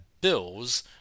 bills